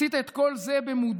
עשית את כל זה במודע.